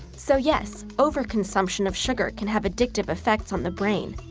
so, yes, overconsumption of sugar can have addictive effects on the brain,